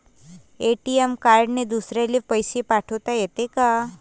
ATM कार्डने दुसऱ्याले पैसे पाठोता येते का?